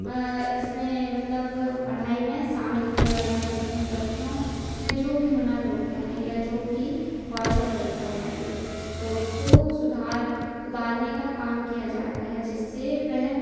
इसमें मतलब पढ़ाई में शामिल किया गया है जिसमें बच्चों में जो भी हुनर होता है या जो भी कौशल होता है उस ओ उसको सुधार सुधारने का काम किया जाता है जिससे वह